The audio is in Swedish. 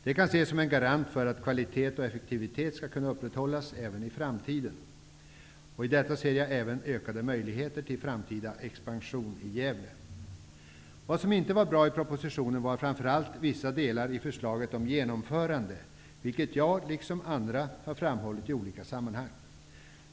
Det kan ses som en garant för att kvalitet och effektivitet skall kunna upprätthållas även i framtiden, och i detta ser jag även ökade möjligheter till framtida expansion i Gävle. Vad som inte var bra i propositionen var framför allt vissa delar i förslaget om genomförande, vilket jag liksom andra har framhållit i olika sammanhang.